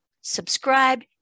Subscribe